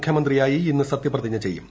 മുഖ്യമന്ത്രിയായി ഇന്ന് സത്യപ്രതിജ്ഞ ചെയ്യും